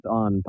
on